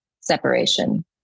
separation